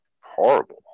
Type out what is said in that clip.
horrible